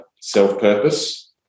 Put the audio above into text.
self-purpose